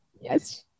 yes